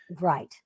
Right